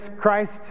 Christ